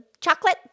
Chocolate